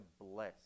BLESS